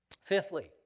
Fifthly